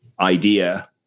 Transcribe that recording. idea